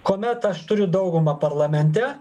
kuomet aš turiu daugumą parlamente